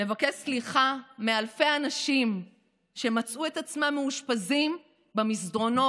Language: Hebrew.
לבקש סליחה מאלפי אנשים שמצאו את עצמם מאושפזים במסדרונות,